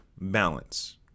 balance